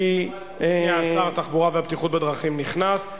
כי --- הנה, שר התחבורה והבטיחות בדרכים נכנס.